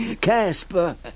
Casper